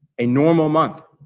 a normal month,